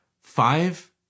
five